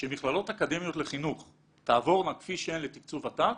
שמכללות אקדמיות לחינוך תעבורנה כפי שהן לתקצוב ות"ת,